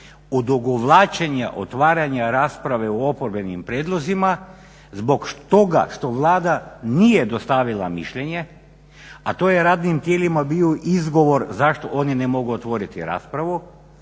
odugovlačenja, otvaranja rasprave o oporbenim prijedlozima zbog toga što Vlada nije dostavila mišljenje a to je radnim tijelima bio izgovor zašto oni ne mogu otvoriti raspravu.